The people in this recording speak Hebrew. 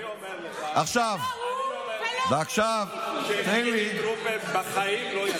אני אומר לך שחילי טרופר בחיים לא הדליף.